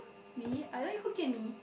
me I don't eat Hokkien-Mee